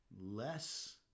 less